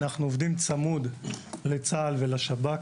אנחנו עובדים צמוד לצה"ל ולשב"כ